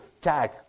tag